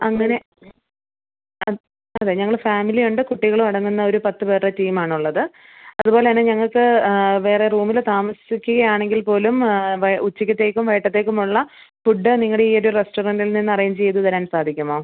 അങ്ങനെ ആ അതെ ഞങ്ങള് ഫാമിലിയുണ്ട് കുട്ടികളു അടങ്ങുന്ന ഒര് പത്ത് പേരുടെ ടീമാണുള്ളത് അതുപോലെ തന്നെ ഞങ്ങൾക്ക് വേറെ റൂമില് താമസിക്കുകയാണെങ്കിൽ പോലും വൈ ഉച്ചക്കത്തേക്കും വൈകീട്ടത്തേക്കുമുള്ള ഫുഡ് നിങ്ങളുടെ ഈ ഒര് റെസ്റ്റോറൻറ്റിൽ നിന്ന് അറേഞ്ച് ചെയ്ത് തരാൻ സാധിക്കുമോ